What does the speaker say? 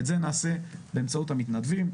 ואת זה נעשה באמצעות המתנדבים,